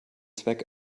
zweck